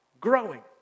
growing